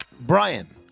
Brian